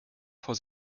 vor